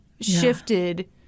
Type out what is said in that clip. shifted